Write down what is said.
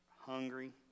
hungry